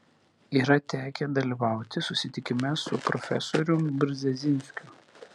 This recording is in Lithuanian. yra tekę dalyvauti susitikime su profesorium brzezinskiu